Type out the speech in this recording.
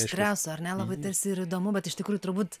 streso ar nelabai tarsi ir įdomu bet iš tikrųjų turbūt